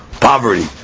poverty